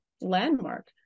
landmark